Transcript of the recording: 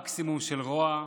מקסימום של רוע.